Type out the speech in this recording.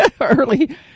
Early